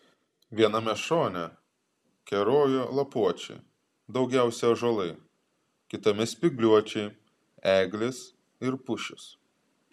viename šone kerojo lapuočiai daugiausiai ąžuolai kitame spygliuočiai eglės ir pušys